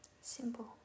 Simple